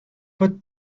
پات